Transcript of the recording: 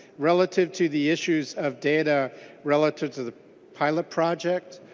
relative to the issues of data relative to the pilot project.